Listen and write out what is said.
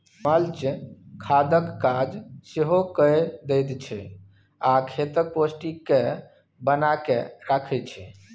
mulch खादक काज सेहो कए दैत छै आ खेतक पौष्टिक केँ बना कय राखय छै